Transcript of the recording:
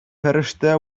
фәрештә